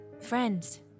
friends